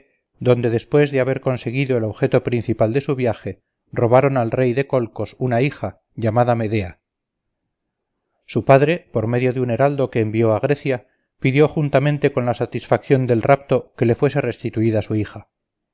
donde después de haber conseguido el objeto principal de su viaje robaron al rey de colcos una hija llamada medea su padre por medio de un heraldo que envió a grecia pidió juntamente con la satisfacción del rapto que le fuese restituida su hija